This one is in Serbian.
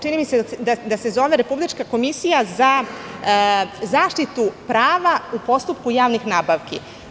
Čini mi se da se zove Republička komisija za zaštitu prava u postupku javnih nabavki.